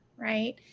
Right